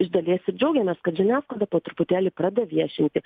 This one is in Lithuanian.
iš dalies ir džiaugiamės kad žiniasklaida po truputėlį pradeda viešinti